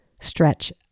stretch